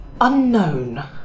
Unknown